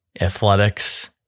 athletics